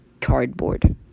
cardboard